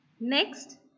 Next